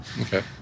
Okay